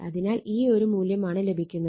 അതിനാൽ ഈ ഒരു മൂല്യമാണ് ലഭിക്കുന്നത്